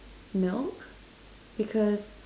milk because